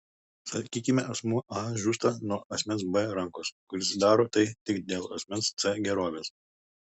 sakykime asmuo a žūsta nuo asmens b rankos kuris daro tai tik dėl asmens c gerovės